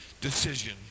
decision